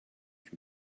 can